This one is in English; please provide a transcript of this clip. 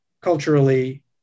culturally